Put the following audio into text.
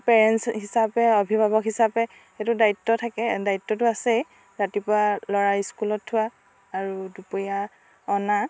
parents হিচাপে অভিভাৱক হিচাপে সেইটো দায়িত্ব থাকে দায়িত্বটো আছেই ৰাতিপুৱা ল'ৰা স্কুলত থোৱা আৰু দুপৰীয়া অনা